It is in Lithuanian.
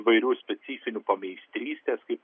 įvairių specifinių pameistrystės kaip